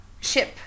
ship